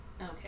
okay